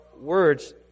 words